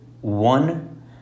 one